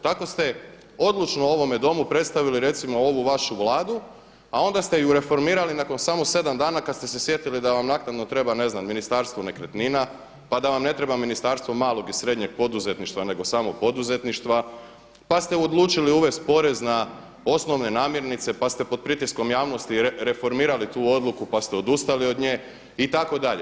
Tako ste odlučno u ovome Domu predstavili recimo ovu vašu Vladu, a onda ste ju reformirali nakon samo sedam dana kada ste se sjetili da vam naknadno treba, ne znam, ministarstvo nekretnina, pa da vam ne treba Ministarstvo malog i srednjeg poduzetništva nego samo poduzetništva, pa ste odlučili uvesti porez na osnovne namirnice, pa sta pod pritiskom javnosti reformirali tu odluku, pa ste odustali od nje itd.